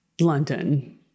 London